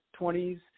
20s